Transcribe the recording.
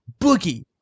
boogie